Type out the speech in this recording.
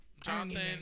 Jonathan